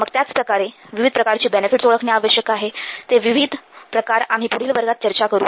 मग त्याच प्रकारे विविध प्रकारची बेनेफिटस ओळखणे आवश्यक आहे ते विविध प्रकार आम्ही पुढील वर्गात चर्चा करू